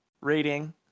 rating